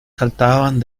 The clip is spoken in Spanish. saltaban